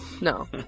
No